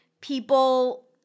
people